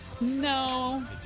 No